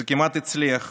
זה כמעט הצליח.